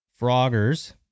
Frogger's